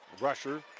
Rusher